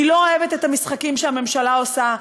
אני לא אוהבת את המשחקים שהממשלה עושה,